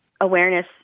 awareness